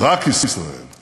את ההיסטוריה האנושית כולה.